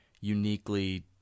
uniquely